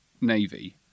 navy